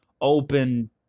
open